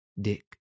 Dick